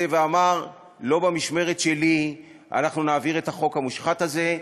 ואמר: לא במשמרת שלי נעביר את החוק המושחת הזה,